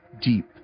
deep